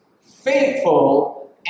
faithful